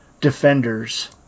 Defenders